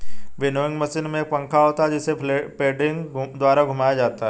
winnowing machine में एक पंखा होता है जिसे पेडलिंग द्वारा घुमाया जाता है